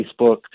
Facebook